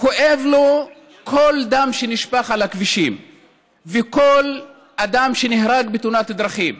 כואב לו על כל דם שנשפך על הכבישים ועל כל אדם שנהרג בתאונת דרכים,